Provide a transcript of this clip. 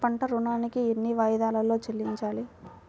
పంట ఋణాన్ని ఎన్ని వాయిదాలలో చెల్లించాలి?